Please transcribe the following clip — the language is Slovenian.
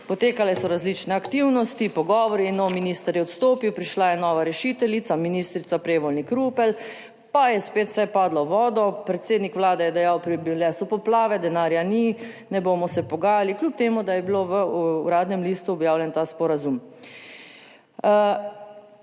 Potekale so različne aktivnosti, pogovori, nov minister je odstopil, prišla je nova rešiteljica, ministrica Prevolnik Rupel, pa je spet vse padlo v vodo. Predsednik Vlade je dejal, bile so poplave, denarja ni, ne bomo se pogajali, kljub temu, da je bilo v Uradnem listu objavljen ta sporazum.